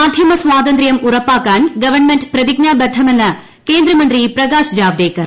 മാധ്യമ സ്വാതന്ത്രൃം ഉറപ്പാക്കാൻ ഗവൂൺമെന്റ് പ്രതിജ്ഞാബദ്ധമെന്ന് കേന്ദ്രമന്ത്രി പ്രകാശ് ജാവ്ദേക്കർ